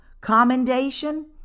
commendation